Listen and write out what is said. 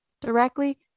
directly